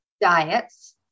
diets